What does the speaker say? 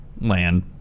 land